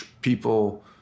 people